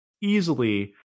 easily